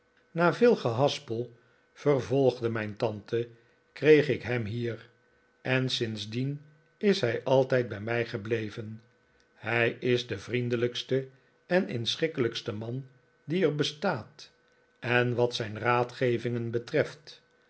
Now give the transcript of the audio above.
na veel gehaspel vervolgde mijn tante kreeg ik hem hier en sindsdien is hij altijd bij mij gebleven hij is de vriendelijkste en inschikkelijkste man die er bestaat en wat zijn raadgevingen betreft